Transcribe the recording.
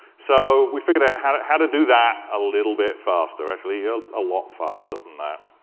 so we figured out how to how to do that a little bit faster. actually a lot faster from that.